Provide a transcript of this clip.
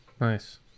Nice